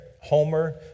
Homer